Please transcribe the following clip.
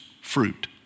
fruit